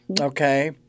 okay